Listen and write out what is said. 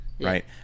right